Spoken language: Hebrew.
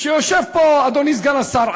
יושב פה אדוני סגן השר,